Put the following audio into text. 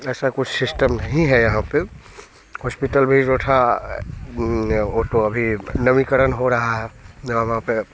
ऐसा कुछ सिस्टम नहीं है यहाँ पे हॉस्पिटल भी जो था वो तो अभी नमीकरण हो रहा है वहाँ पे